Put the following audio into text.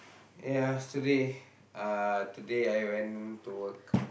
yesterday uh today I went to work